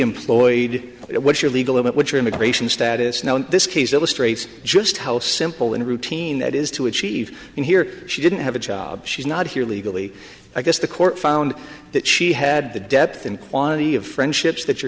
employed what your legal limit what your immigration status now in this case illustrates just how simple and routine that is to achieve in here she didn't have a job she's not here legally i guess the court found that she had the depth and quantity of friendships that your